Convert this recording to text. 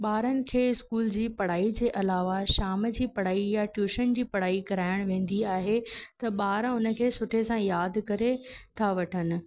ॿारनि खे स्कूल जी पढ़ाई जे अलावा शाम जी पढ़ाई या ट्यूशन जी पढ़ाई कराइण वेंदी आहे त ॿार उन खे सुठे सां यादि करे था वठनि